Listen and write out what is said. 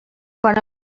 quan